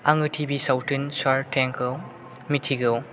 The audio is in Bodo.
आङो टि भि सावथुन सार्क टेंकखौ मिथिगौ